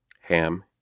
Ham